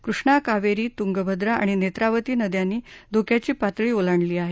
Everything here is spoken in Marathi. कृष्णा कावेरी तुंगभद्रा आणि नेत्रावती नद्यांनी धोक्याची पातळी ओलांडली आहे